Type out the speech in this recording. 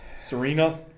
Serena